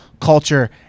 culture